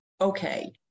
okay